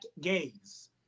gays